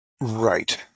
Right